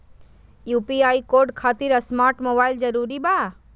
UPI code खातिर smart mobile जरूरी बा?